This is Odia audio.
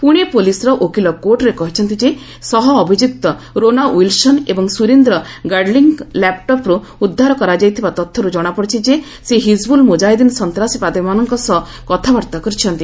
ପୁଣେ ପୁଲିସ୍ର ଓକିଲ କୋର୍ଟ୍ରେ କହିଛନ୍ତି ଯେ ସହ ଅଭିଯୁକ୍ତ ରୋନା ୱିଲସନ୍ ଏବଂ ସୁରେନ୍ଦ୍ର ଗାଡ୍ଲିଙ୍କ ଲ୍ୟାପ୍ଟପ୍ରୁ ଉଦ୍ଧାର କରାଯାଇଥିବା ତଥ୍ୟରୁ କ୍ଷଣାପଡ଼ିଛି ଯେ ସେ ହିଜ୍ବୁଲ୍ ମୁଜାହିଦ୍ଦିନ୍ ସନ୍ତାସବାଦୀମାନଙ୍କ ସହ କଥାବାର୍ତ୍ତା କରିଛନ୍ତି